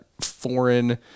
foreign